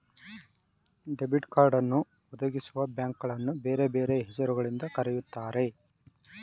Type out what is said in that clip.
debit ಕಾರ್ಡನ್ನು ಒದಗಿಸುವಬ್ಯಾಂಕ್ಗಳನ್ನು ಬೇರೆ ಬೇರೆ ಹೆಸರು ಗಳಿಂದ ಕರೆಯುತ್ತಾರೆ